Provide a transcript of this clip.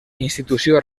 institució